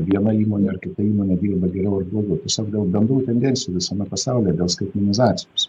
viena įmonė ar kita įmonė dirba geriau ar blogiau tiesiog dėl bendrų tendencijų visame pasaulyje dėl skaitmenizacijos